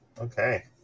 Okay